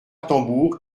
tambour